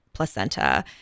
placenta